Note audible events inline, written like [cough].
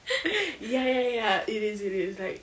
[noise] ya ya ya it is it is like